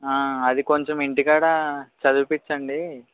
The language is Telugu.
అది కొంచెం ఇంటికాడ చదివించండి